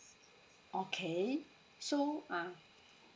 okay so uh